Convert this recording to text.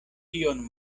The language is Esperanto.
tion